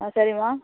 ஆ சரிம்மா